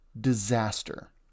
disaster